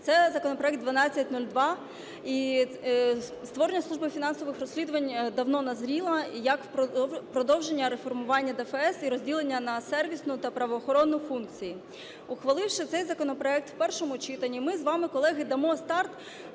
фінансових розслідувань давно назріло як продовження реформування ДФС і розділення на сервісну та правоохоронну функції. Ухваливши цей законопроект в першому читанні, ми з вами, колеги, дамо старт